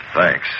Thanks